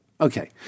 Okay